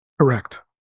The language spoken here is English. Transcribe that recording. Correct